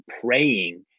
praying